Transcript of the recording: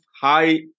hi